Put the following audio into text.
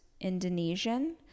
Indonesian